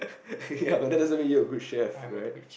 ppl but that doesn't make you a good chef right